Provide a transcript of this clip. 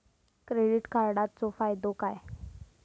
Credit कार्डाचो फायदो काय?